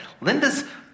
Linda's